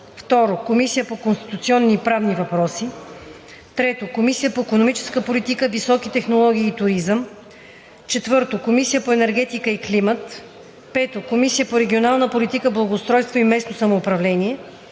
2. Комисия по конституционни и правни въпроси; 3. Комисия по икономическа политика, високи технологии и туризъм; 4. Комисия по енергетика и климат; 5. Комисия по регионална политика, благоустройство и местно самоуправление;